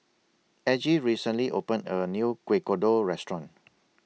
Aggie recently opened A New Kuih Kodok Restaurant